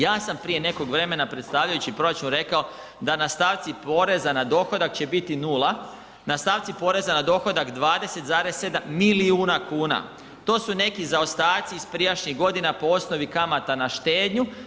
Ja sam prije nekog vremena predstavljajući proračun rekao da na stavci poreza na dohodak će biti 0, na stavci poreza na dohodak 20,7 milijuna kuna, to su neki zaostaci iz prijašnjih godina po osnovi kamata na štednju.